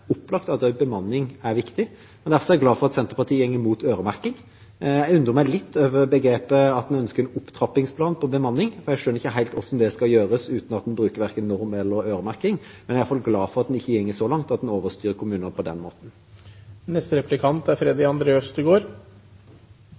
opplagt at også bemanning er viktig. Derfor er jeg glad for at Senterpartiet går imot øremerking. Jeg undrer meg litt over begrepet – at man ønsker en opptrappingsplan på bemanning – for jeg skjønner ikke helt hvordan det skal gjøres uten at man bruker verken norm eller øremerking, men jeg er i hvert fall glad for at en ikke går så langt at en overstyrer kommunene på den måten. Først: Det er